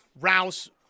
Rouse